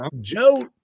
Joe